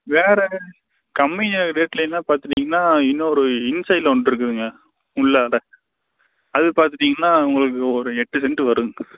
வேறு கம்மியான ரேட்டுலையனா பார்த்துட்டிங்கனா இன்னொரு இன்சைட்ல ஒன்று இருக்குதுங்க உள்ளார அது பார்த்துட்டிங்கனா உங்களுக்கு ஒரு எட்டு செண்ட் வரும்